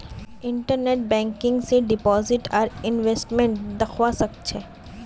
internet banking स deposit आर investment दख्वा स ख छ